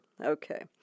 Okay